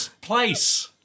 place